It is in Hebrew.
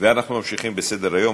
אנחנו ממשיכים בסדר-היום,